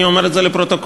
אני אומר את זה לפרוטוקול,